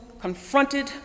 confronted